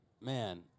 man